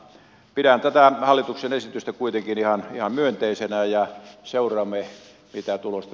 pidän tätä hallituksen esitystä kuitenkin ihan myönteisenä ja seuraamme pitää tulosta